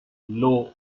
low